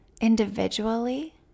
individually